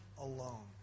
alone